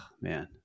man